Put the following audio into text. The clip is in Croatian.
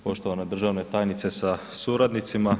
Poštovana državna tajnice sa suradnicima.